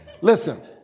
Listen